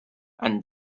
and